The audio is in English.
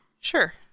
Sure